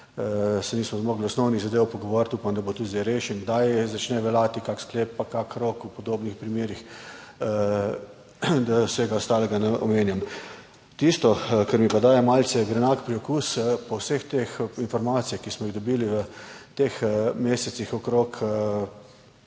se nismo mogli osnovnih zadev pogovoriti. Upam, da bo tudi zdaj rešen. Kdaj začne veljati kak sklep pa kak rok v podobnih primerih, da vsega ostalega ne omenjam. Tisto, kar mi pa daje malce grenak priokus po vseh teh informacijah, ki smo jih dobili v teh mesecih okrog